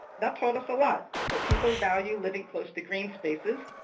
that told us a lot. that people value living close to green spaces.